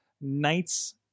Knights